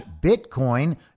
Bitcoin